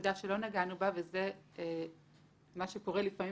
נקודה שלא נגענו בה והיא מה שקורה לפעמים